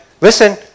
listen